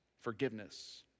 forgiveness